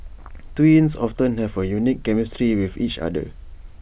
twins often have A unique chemistry with each other